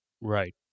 Right